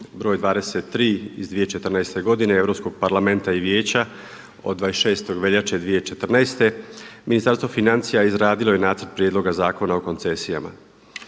broj 23. iz 2014. godine Europskog parlamenta i Vijeća od 26. veljače 2014. Ministarstvo financija izradilo je Nacrt prijedloga zakona o koncesijama.